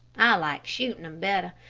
i like shooting them better,